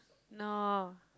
no